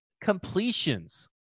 completions